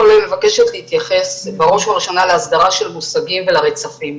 מבקשת להתייחס בראש ובראשונה להסדרה של מושגים ולרצפים.